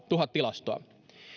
tuhat tilastoa